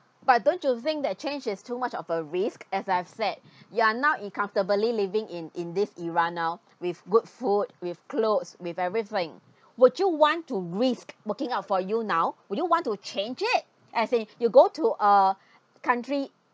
but don't you think that change is too much of a risk as I've said you are now in comfortably living in in this era now with good food with clothes with everything would you want to risk working out for you now would you want to change it as in you go to uh country